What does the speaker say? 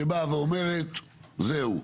שבאה ואומרת זהו,